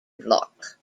block